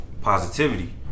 positivity